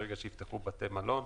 ברגע שיפתחו את בתי המלון.